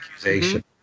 accusation